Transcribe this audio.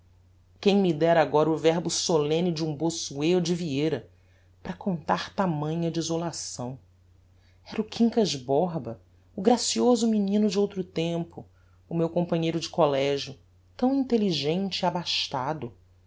quem me dera agora o verbo solemne de um bossuet ou de vieira para contar tamanha desolação era o quincas borba o gracioso menino de outro tempo o meu companheiro de collegio tão intelligente e abastado